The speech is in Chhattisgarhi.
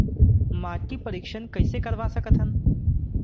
माटी परीक्षण कइसे करवा सकत हन?